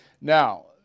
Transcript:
Now